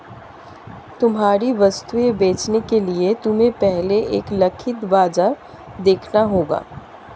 तुम्हारी वस्तुएं बेचने के लिए तुम्हें पहले एक लक्षित बाजार देखना होगा